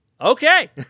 Okay